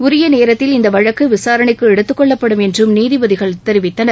உரிய நேரத்தில் இந்த வழக்கு விசாரணைக்கு எடுத்துக் கொள்ளப்படும் என்றும் நீதிபதிகள் தெரிவித்தனர்